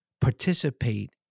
participate